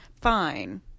fine